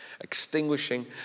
extinguishing